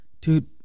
dude